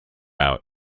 out